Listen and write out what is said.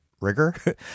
rigor